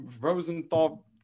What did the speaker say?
Rosenthal